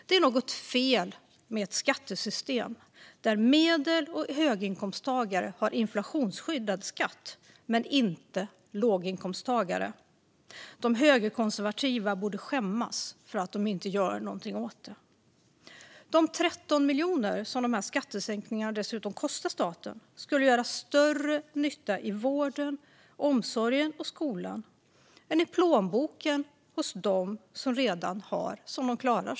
Det är något fel med ett skattesystem där medel och höginkomsttagare har inflationsskyddad skatt, men inte låginkomsttagare. De högerkonservativa borde skämmas för att de inte gör något åt det. De 13 miljarder som skattesänkningen dessutom kostar staten skulle göra större nytta i vården, omsorgen och skolan än i plånboken hos dem som redan har så att de klarar sig.